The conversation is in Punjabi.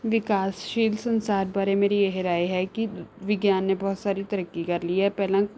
ਵਿਕਾਸਸ਼ੀਲ ਸੰਸਾਰ ਬਾਰੇ ਮੇਰੀ ਇਹ ਰਾਏ ਹੈ ਕਿ ਵਿਗਿਆਨ ਨੇ ਬਹੁਤ ਸਾਰੀ ਤਰੱਕੀ ਕਰ ਲਈ ਹੈ ਪਹਿਲਾਂ